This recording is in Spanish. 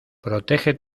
protege